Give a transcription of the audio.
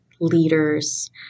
leaders